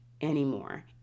anymore